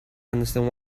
understand